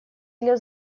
для